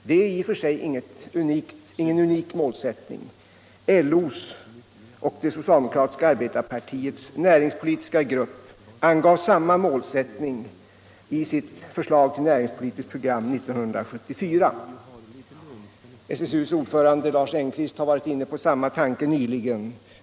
Det är i och för sig ingen unik målsättning — LO:s och det socialdemokratiska arbetarpartiets näringspolitiska grupp angav samma målsättning i sitt förslag till näringspolitiskt program 1974, och SSU:s ordförande Lars Engqvist har också varit inne på samma tanke nyligen.